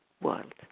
world